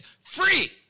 free